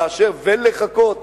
לאשר ולחכות